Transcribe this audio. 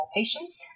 patients